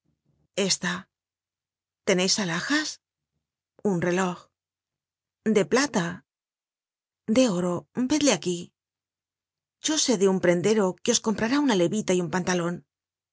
esta teneis alhajas un reloj de plata de oro vcdle aquí yo sé de un prendero que os comprará una levita y un pantalon